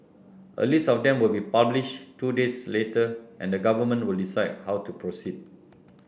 a list of them will be published two days later and the government will decide how to proceed